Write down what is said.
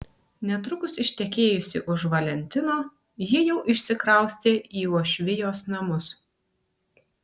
netrukus ištekėjusi už valentino ji jau išsikraustė į uošvijos namus